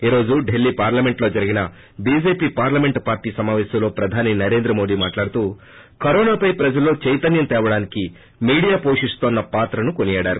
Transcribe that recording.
ఈ రోజు డిల్లీ పార్లమెంటులో జరిగిన బీజేపీ పార్లమెంటు పార్టీ సమాపేశంలో ప్రధాని నరేంద్ర మోదీ మాట్లాడుతు కరోనా పై ప్రజల్లో చైతన్యం తేవడానికి మీడియా పోషిస్తున్స పాత్రను కొనియాడారు